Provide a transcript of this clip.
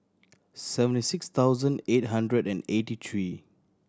seventy six thousand eight hundred and eighty three